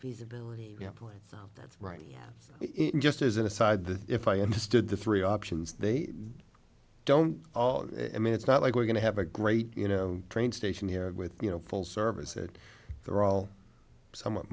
feasibility plan that's right yeah just as an aside that if i understood the three options they don't all i mean it's not like we're going to have a great you know train station here with you know full service that they're all somewhat